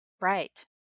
Right